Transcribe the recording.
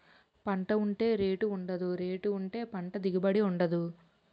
పంట ఉంటే రేటు ఉండదు, రేటు ఉంటే పంట దిగుబడి ఉండదు